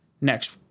next